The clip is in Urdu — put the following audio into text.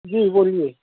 جی بولیے